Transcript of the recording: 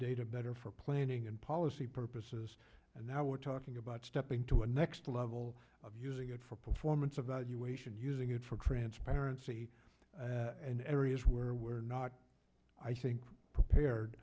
data better for planning and policy purposes and now we're talking about stepping to the next level of using it for performance evaluation using it for transparency and areas where we're not i think prepared